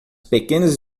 pequenas